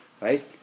Right